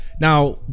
now